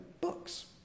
books